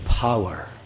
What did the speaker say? power